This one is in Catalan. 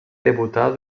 debutar